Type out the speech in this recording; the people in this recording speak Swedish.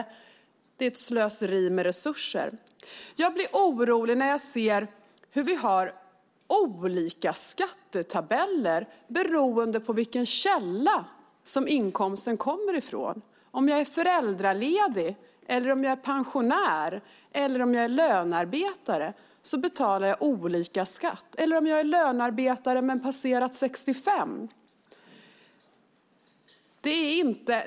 Det här är ett slöseri med resurser. Jag blir orolig när jag ser att vi har olika skattetabeller beroende på vilken källa inkomsten kommer från. Om jag är föräldraledig eller om jag är pensionär eller lönearbetare - också lönearbetare som har passerat 65 år - betalar jag olika skatt.